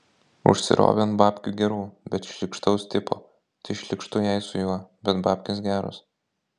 užsirovė ant babkių gerų bet šlykštaus tipo tai šlykštu jai su juo bet babkės geros